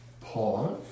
pause